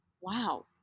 wow